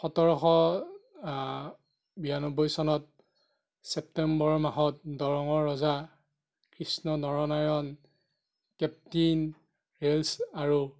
সোতৰশ বিয়ান্নব্বৈ চনত ছেপ্টেম্বৰ মাহত দৰঙৰ ৰজা কৃষ্ণ নৰনাৰায়ণ কেপটিন ৱেলছ আৰু